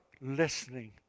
listening